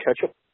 ketchup